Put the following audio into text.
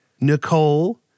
Nicole